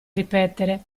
ripetere